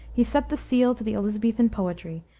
he set the seal to the elisabethan poetry,